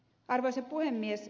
arvoisa puhemies